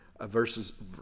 verses